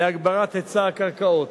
להגברת היצע הקרקעות.